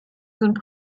sind